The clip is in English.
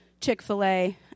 Chick-fil-A